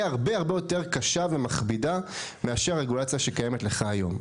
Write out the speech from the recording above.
הרבה הרבה יותר קשה ומכבידה מאשר הרגולציה שקיימת עליך היום.